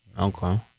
okay